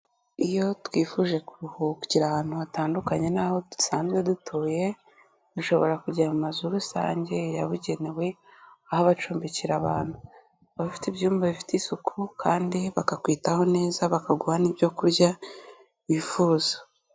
Iyo twifuje kuruhukira ahantu hatandukanye n'aho dusanzwe dutuye, dushobora kujya mu mazu rusange yabugenewe aho abacumbikira abantu. Baba bafite ibyumba bifite isuku kandi bakakwitaho neza bakaguha n'ibyo kurya wifuza.